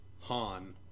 Han